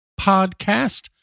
podcast